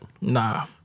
Nah